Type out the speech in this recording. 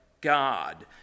God